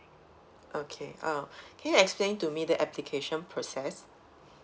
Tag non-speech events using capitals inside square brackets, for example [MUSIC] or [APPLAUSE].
okay uh [BREATH] can you explain to me the application process